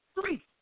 Three